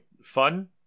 fun